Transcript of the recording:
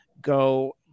go